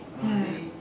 ya